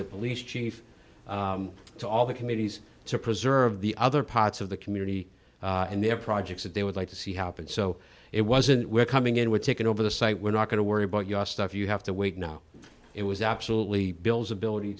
the police chief to all the committees to preserve the other parts of the community and their projects that they would like to see happen so it wasn't we're coming in we're taking over the site we're not going to worry about your stuff you have to wait now it was absolutely bill's ability